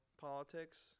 politics